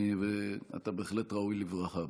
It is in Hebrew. ואתה בהחלט ראוי לברכה.